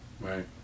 Right